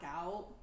out